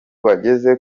bageze